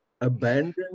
abandon